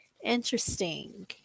interesting